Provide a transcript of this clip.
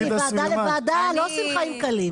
אבל מוועדה לוועדה אנחנו לא עושים חיים קלים.